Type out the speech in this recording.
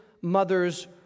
mother's